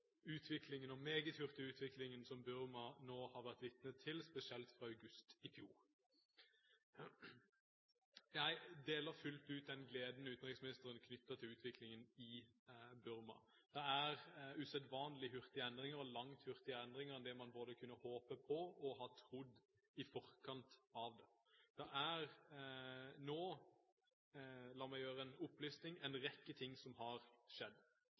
utviklingen – den meget hurtige utviklingen – som man nå har vært vitne til i Burma, spesielt fra august i fjor. Jeg deler fullt ut den gleden utenriksministeren knytter til utviklingen i Burma. Det er usedvanlig hurtige endringer – langt hurtigere endringer enn det man kunne håpe på og trodd i forkant. Det er nå – la meg gjøre en opplisting – en rekke ting som har skjedd: